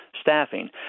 staffing